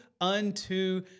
unto